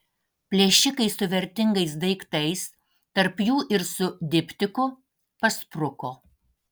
plėšikai su vertingais daiktais tarp jų ir su diptiku paspruko